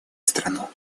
страну